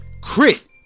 crit